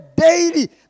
daily